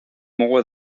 more